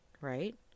right